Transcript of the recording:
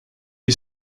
est